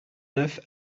neuf